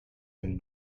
than